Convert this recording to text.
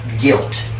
guilt